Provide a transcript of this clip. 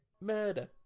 Murder